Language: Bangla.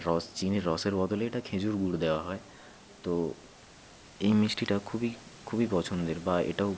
রস চিনির রসের বদলে এটা খেজুর গুড় দেওয়া হয় তো এই মিষ্টিটা খুবই খুবই পছন্দের বা এটাও